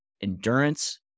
endurance